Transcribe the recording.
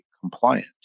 compliant